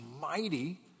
mighty